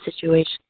situation